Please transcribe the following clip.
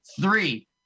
Three